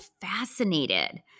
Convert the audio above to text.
fascinated